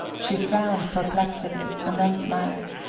she frowned perplexedly, and then smiled.